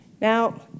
now